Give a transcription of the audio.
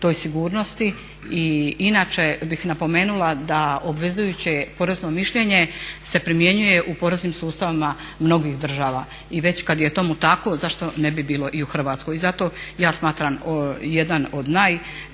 toj sigurnosti. I inače bi napomenula da obvezujuće porezno mišljenje se primjenjuje u poreznim sustavim mnogih država i već kada je tomu tako zašto ne bi bilo i u Hrvatskoj. I zato ja smatram jedan od najvrednijih